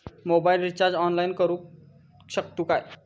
Mobile recharge online करुक शकतू काय?